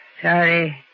Sorry